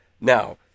Now